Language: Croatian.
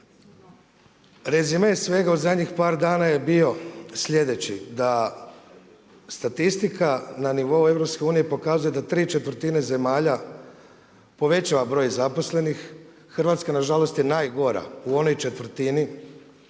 Rezime svega u zadnjih par dana je bio sljedeći, da statistika na nivou EU, pokazuje da ¾ zemalja povećava broj zaposlenih. Hrvatska nažalost je najgora, u onoj četvrtini